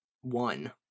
one